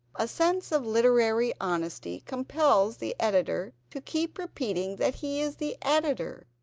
a sense of literary honesty compels the editor to keep repeating that he is the editor,